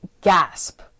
gasp